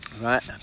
right